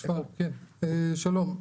שלום,